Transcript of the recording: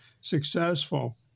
successful